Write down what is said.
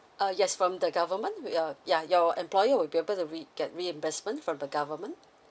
uh yes from the government we uh yeah your employer will be able to re~ get reimbursement from the government